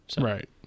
Right